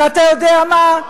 ואתה יודע מה,